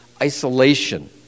isolation